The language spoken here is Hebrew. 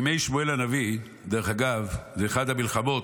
בימי שמואל הנביא דרך אגב, זו אחת המלחמות.